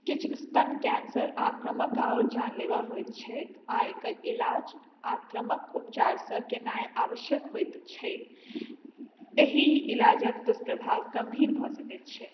किछु स्तन कैन्सर आक्रामक आओर जानलेवा होइत छै आओर एकर इलाज आक्रामक उपचारसँ केनाइ आवश्यक होइत छै एहि इलाजके दुष्प्रभाव गम्भीर भऽ सकै छै